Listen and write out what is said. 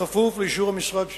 בכפוף לאישור המשרד שלי.